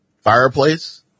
fireplace